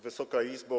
Wysoka Izbo!